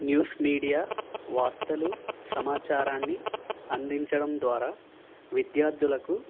news media వార్తలు సమాచారాన్ని అందించడం ద్వారా విద్యార్థులకు